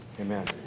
Amen